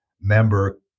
member